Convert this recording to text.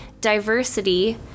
diversity